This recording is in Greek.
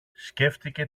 σκέφτηκε